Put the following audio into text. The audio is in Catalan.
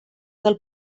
del